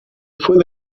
fue